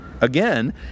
again